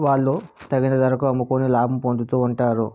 వాళ్ళు తగిన ధరకు అమ్ముకొని లాభం పొందుతూ ఉంటారు